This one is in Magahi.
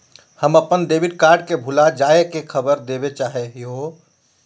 हम अप्पन डेबिट कार्ड के भुला जाये के खबर देवे चाहे हियो